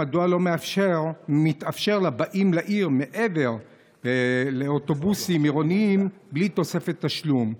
מדוע לא מתאפשר לבאים לעיר מעבר לאוטובוסים עירוניים בלי תוספת תשלום?